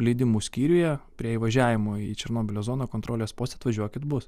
leidimų skyriuje prie įvažiavimo į černobylio zoną kontrolės poste atvažiuokit bus